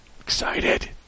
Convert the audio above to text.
Excited